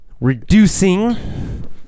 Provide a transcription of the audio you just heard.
reducing